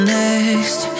next